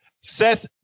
Seth